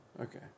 Okay